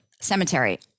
cemetery